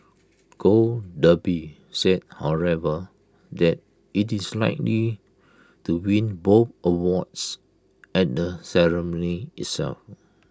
gold Derby said however that IT is likely to win both awards at the ceremony itself